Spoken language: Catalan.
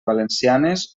valencianes